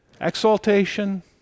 Exaltation